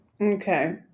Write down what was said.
Okay